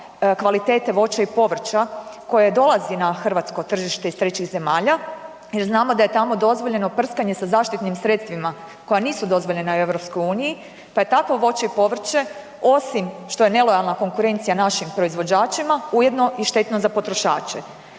kvalitete voća i povrća koje dolazi ha hrvatsko tržište iz trećih zemalja jer znamo da je tamo dozvoljeno prskanje sa zaštitnim sredstvima koja nisu dozvoljena u EU, pa je takvo voće i povrće osim što je nelojalna konkurencija našim proizvođačima ujedno i štetno za potrošače?